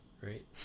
right